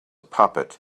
puppet